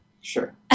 Sure